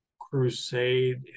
crusade